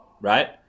right